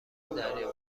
دریا